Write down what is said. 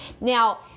now